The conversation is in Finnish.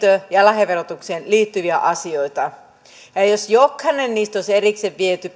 kerran perintö ja lahjaverotukseen liittyviä asioita jos jokainen niistä olisi erikseen viety